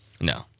No